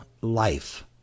life